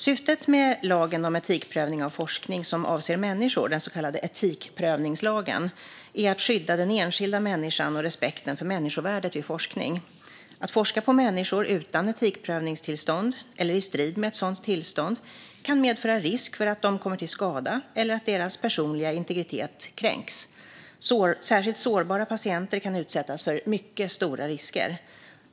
Syftet med lagen om etikprövning av forskning som avser människor, den så kallade etikprövningslagen, är att skydda den enskilda människan och respekten för människovärdet vid forskning. Att forska på människor utan etikprövningstillstånd eller i strid med ett sådant tillstånd kan medföra risk för att de kommer till skada eller att deras personliga integritet kränks. Särskilt sårbara patienter kan utsättas för mycket stora risker.